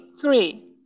three